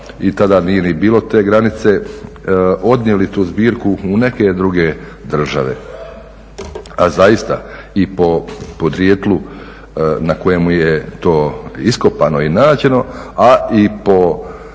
i tada nije ni bilo te granice, odnijeli tu zbirku u neke druge države. A zaista i po podrijetlu na kojemu je to iskopano i nađeno, a i po